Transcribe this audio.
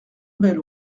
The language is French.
belle